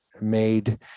made